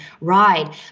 ride